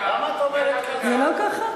למה את אומרת כזה, זה לא ככה?